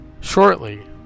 Shortly